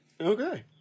Okay